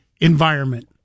environment